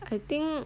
I think